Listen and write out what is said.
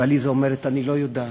ועליסה אומרת: אני לא יודעת.